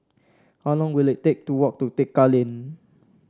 how long will it take to walk to Tekka Lane